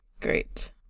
Great